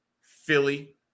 philly